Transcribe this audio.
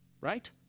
right